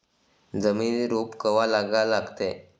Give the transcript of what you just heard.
जमिनीत रोप कवा लागा लागते?